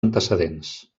antecedents